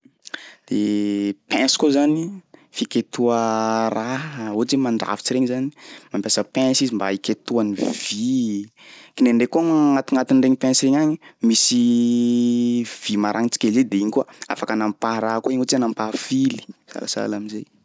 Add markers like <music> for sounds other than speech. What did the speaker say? <noise> De pince koa zany fiketoha raha ohatsy hoe mandrafitsy regny zany mampiasa pince izy mba iketohany vy, kindraidray koa agnatignatin'regny pince regny agny misy <hesitation> vy marangitry kely zay de igny koa afaka anapaha raha koa igny ohatsy hoe anapaha fily, sahasahala am'zay.